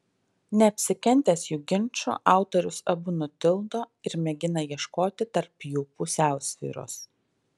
neapsikentęs jų ginčo autorius abu nutildo ir mėgina ieškoti tarp jų pusiausvyros